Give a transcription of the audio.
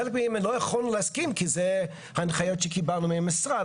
עם חלק מהן לא יכולנו להסכים כי זה ההנחיות שקיבלנו מהמשרד,